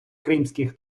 кримських